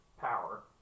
power